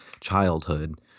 childhood